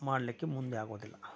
ಮಾಡಲಿಕ್ಕೆ ಮುಂದೆ ಆಗೋದಿಲ್ಲ